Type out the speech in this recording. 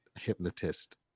hypnotist